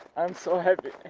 i'm so happy!